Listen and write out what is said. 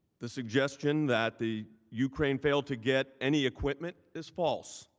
the suggestion that the ukraine failed to get any equipment is false.